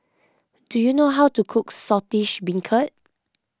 do you know how to cook Saltish Beancurd